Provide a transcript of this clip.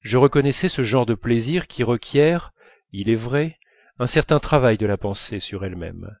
je reconnaissais ce genre de plaisir qui requiert il est vrai un certain travail de la pensée sur elle-même